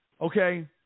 okay